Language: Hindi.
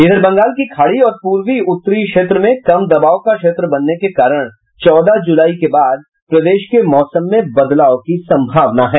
इधर बंगाल की खाड़ी और पूर्वी उत्तरी क्षेत्र में कम दबाव का क्षेत्र बनने के कारण चौदह जुलाई के बाद प्रदेश के मौसम में बदलाव की सम्भावना है